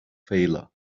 failure